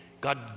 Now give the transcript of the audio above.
God